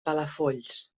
palafolls